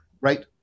right